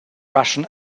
russian